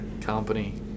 company